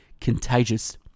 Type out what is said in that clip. Contagious